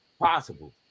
possible